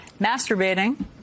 masturbating